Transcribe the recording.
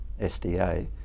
SDA